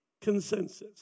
consensus